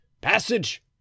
Passage